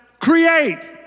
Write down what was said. create